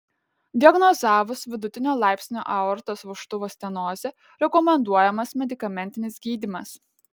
diagnozavus vidutinio laipsnio aortos vožtuvo stenozę rekomenduojamas medikamentinis gydymas